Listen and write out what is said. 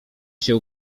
się